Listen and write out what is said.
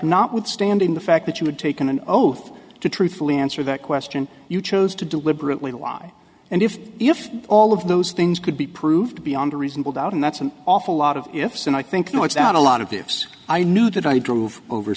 notwithstanding the fact that you had taken an oath to truthfully answer that question you chose to deliberately lie and if if all of those things could be proved beyond a reasonable doubt and that's an awful lot of ifs and i think knocks out a lot of ifs i knew that i drove over